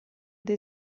dei